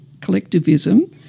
collectivism